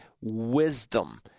wisdom